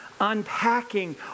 Unpacking